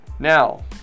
Now